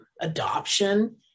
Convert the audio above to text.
adoption